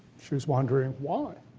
she was wondering why.